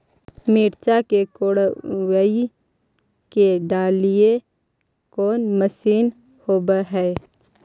मिरचा के कोड़ई के डालीय कोन मशीन होबहय?